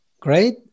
great